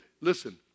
listen